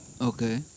Okay